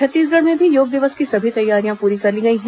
छत्तीसगढ़ में भी योग दिवस की सभी तैयारियां लगभग पूरी कर ली गई हैं